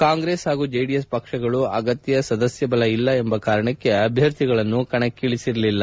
ಕಾಂಗ್ರೆಸ್ ಪಾಗೂ ಜೆಡಿಎಸ್ ಪಕ್ಷಗಳು ಅಗತ್ಯ ಸದಸ್ಯ ಬಲ ಇಲ್ಲ ಎಂಬ ಕಾರಣಕ್ಕೆ ಅಭ್ಯರ್ಥಿಗಳನ್ನು ಕಣಕ್ಕಿಳಿಸಿರಲಿಲ್ಲ